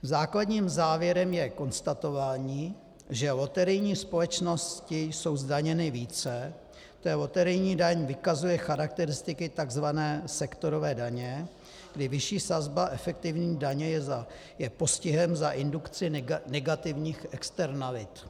Základním závěrem je konstatování, že loterijní společnosti jsou zdaněny více, tj. loterijní daň vykazuje charakteristiky tzv. sektorové daně, kdy vyšší sazba efektivní daně je postihem za indukci negativních externalit.